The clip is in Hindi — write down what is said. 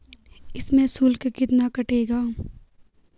इसमें शुल्क कितना कटेगा?